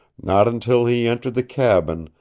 not until he entered the cabin,